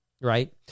Right